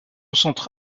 centre